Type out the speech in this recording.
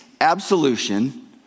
absolution